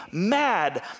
mad